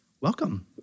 Welcome